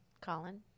Colin